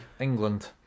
England